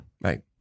Right